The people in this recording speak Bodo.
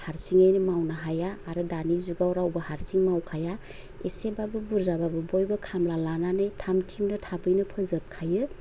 हारसिङैनो मावनो हाया आरो दानि जुगाव रावबो हारसिं मावखाया एसेबाबो बुरजाबाबो बयबो खामला लानानै थाम थिमनो थाबैनो फोजोब खायो